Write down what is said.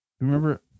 Remember